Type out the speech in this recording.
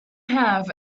have